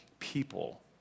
people